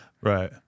Right